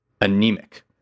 anemic